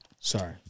Sorry